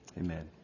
amen